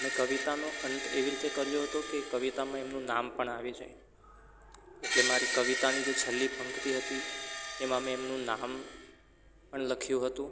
મેં કવિતાનો અંત એવી રીતે કર્યો હતો કે કવિતામાં એમનું નામ પણ આવી જાય એટલે મારી કવિતાની જે છેલ્લી પંક્તિ હતી એમાં મેં એમનું નામ પણ લખ્યું હતું